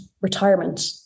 retirement